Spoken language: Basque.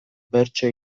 bertso